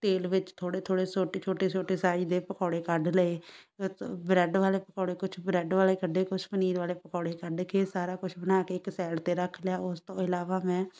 ਤੇਲ ਵਿੱਚ ਥੋੜ੍ਹੇ ਥੋੜ੍ਹੇ ਛੋਟੇ ਛੋਟੇ ਛੋਟੇ ਸਾਈਜ਼ ਦੇ ਪਕੌੜੇ ਕੱਢ ਲਏ ਵਚ ਬਰੈਡ ਵਾਲੇ ਪਕੌੜੇ ਕੁਛ ਬਰੈਡ ਵਾਲੇ ਕੱਢੇ ਕੁਛ ਪਨੀਰ ਵਾਲੇ ਪਕੌੜੇ ਕੱਢ ਕੇ ਸਾਰਾ ਕੁਛ ਬਣਾ ਕੇ ਇੱਕ ਸਾਈਡ 'ਤੇ ਰੱਖ ਲਿਆ ਉਸ ਤੋਂ ਇਲਾਵਾ ਮੈਂ